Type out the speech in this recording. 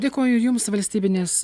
dėkoju jums valstybinės